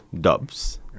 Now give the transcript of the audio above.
dubs